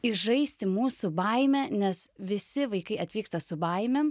išžaisti mūsų baimę nes visi vaikai atvyksta su baimėm